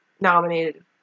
nominated